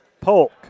Polk